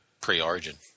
pre-Origin